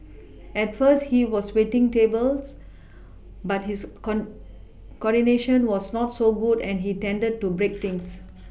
at first he was waiting tables but his corn coordination was not so good and he tended to break things